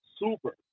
Super